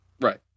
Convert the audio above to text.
right